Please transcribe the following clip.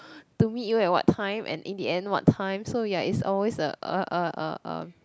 to meet you at what time and in the end what time so ya it's always a a a a